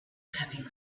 having